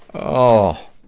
o